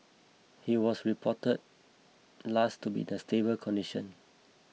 he was report last to be in a stable condition